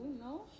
no